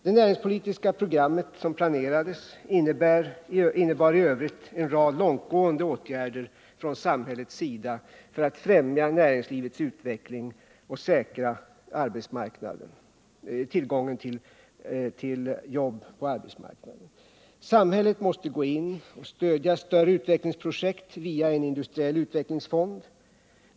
Det näringspolitiska program som planerades innebar i övrigt en rad långtgående åtgärder från samhällets sida för att främja näringslivets utveckling och säkra tillgången till jobb på arbetsmarknaden. Samhället måste gå in och stödja större utvecklingsprojekt via en industriell utvecklingsfond.